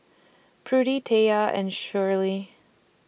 Prudie Tayla and Sheri